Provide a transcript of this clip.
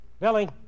Billy